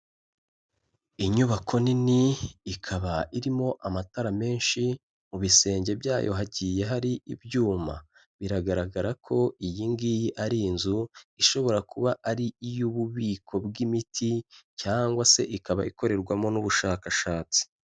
Inyubako nini ikaba irimo amatara menshi, mu bisenge byayo hagiye hari ibyuma. Biragaragara ko iyi ngiyi ari inzu ishobora kuba ari iy'ububiko bw'imiti cyangwa se ikaba ikorerwamo n'ubushakashatsi.